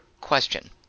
question